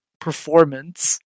performance